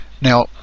Now